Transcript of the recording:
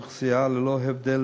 מה שאמרתי קודם